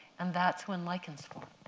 and that's when lichens form.